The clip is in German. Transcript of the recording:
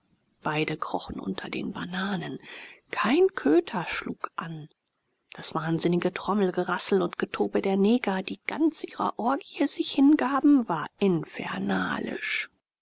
beide krochen unter den bananen kein köter schlug an das wahnsinnige trommelgerassel und getobe der neger die ganz ihrer orgie sich hingaben war infernalisch